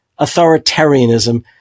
authoritarianism